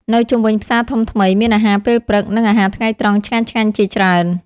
នៅជុំវិញផ្សារធំថ្មីមានអាហារពេលព្រឹក និងអាហារថ្ងៃត្រង់ឆ្ងាញ់ៗជាច្រើន ។